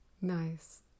Nice